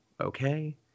Okay